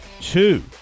two